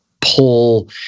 pull